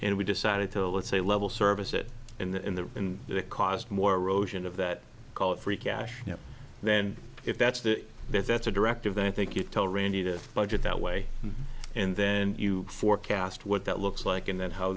and we decided to let's say level service it in the in the in the cost more roshon of that call it free cash then if that's the bit that's a directive then think you tell randy to budget that way and then you forecast what that looks like and then how